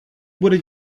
bude